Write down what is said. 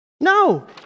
No